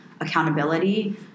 accountability